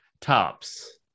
Tops